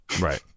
Right